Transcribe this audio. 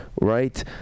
right